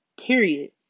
Period